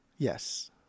Yes